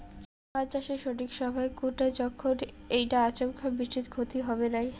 ধান চাষের সঠিক সময় কুনটা যখন এইটা আচমকা বৃষ্টিত ক্ষতি হবে নাই?